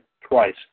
twice